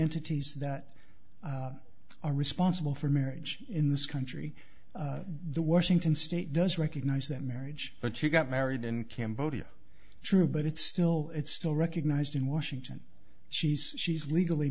entities that are responsible for marriage in this country the washington state does recognize that marriage but you got married in cambodia true but it's still it's still recognized in washington she's she's legally